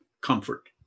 comfort